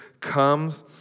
comes